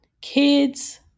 Kids